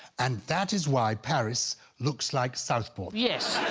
and that is why paris looks like southport. yes,